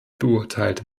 beurteilt